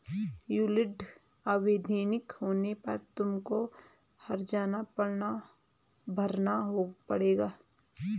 yield अवैधानिक होने पर तुमको हरजाना भरना पड़ेगा